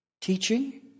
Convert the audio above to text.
teaching